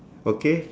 okay